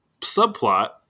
subplot